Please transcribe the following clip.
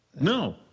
No